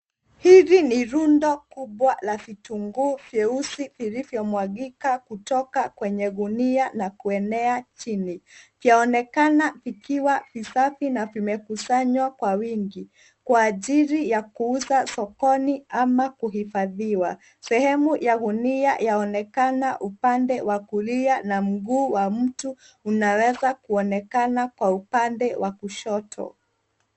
Hivi ni rundo kubwa la vitunguu vyeusi vilivyo mwagika kutoka kwenye gunia na kuenea chini. Vyaonekana vikiwa visafi na vimekusanywa kwa wingi kwa ajili ya kuuza sokoni ama kuhifadhiwa. Sehemu ya gunia yaonekana upande wa kulia na mguu wa mtu unaweza kuonekana kwa upande wa kushoto.